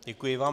Děkuji vám.